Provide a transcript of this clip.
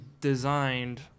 designed